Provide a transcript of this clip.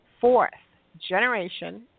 fourth-generation